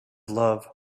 love